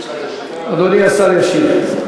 אדוני השר ישיב.